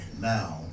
now